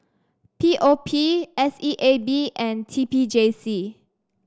P O P S E A B and T P J C